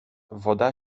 woda